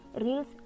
reels